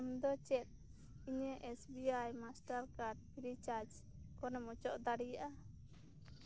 ᱟᱢᱫᱚ ᱪᱮᱫ ᱤᱧᱟᱹᱜ S B I Mastercard recharge ᱠᱷᱚᱱᱮᱢ ᱚᱪᱚᱜ ᱫᱟᱲᱮᱭᱟᱜᱼᱟ